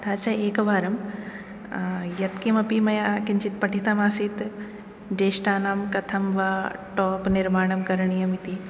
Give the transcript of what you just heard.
तथा च एकवारम् यत्किमपि मया किञ्चित् पठितमासीत् ज्येष्ठानां कथं वा टाप् निर्माणं करणीयमिति